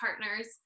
partners